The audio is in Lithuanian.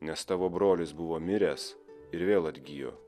nes tavo brolis buvo miręs ir vėl atgijo